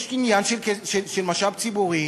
יש עניין של משאב ציבורי